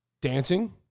dancing